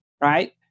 right